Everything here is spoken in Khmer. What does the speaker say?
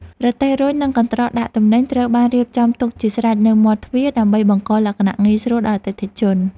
រទេះរុញនិងកន្ត្រកដាក់ទំនិញត្រូវបានរៀបចំទុកជាស្រេចនៅមាត់ទ្វារដើម្បីបង្កលក្ខណៈងាយស្រួលដល់អតិថិជន។